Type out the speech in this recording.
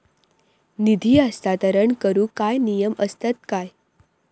निधी हस्तांतरण करूक काय नियम असतत काय?